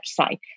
website